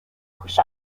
push